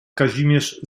kazimierz